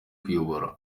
kuyobora